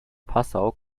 passau